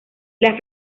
las